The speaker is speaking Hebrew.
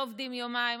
לא עובדים יומיים.